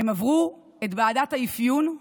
הם עברו את ועדת האפיון,